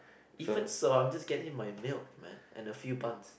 even so I'm just getting my milk man and a few buns